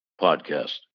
podcast